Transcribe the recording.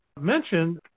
mentioned